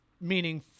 meaning